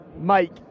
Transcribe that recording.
Mike